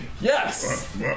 Yes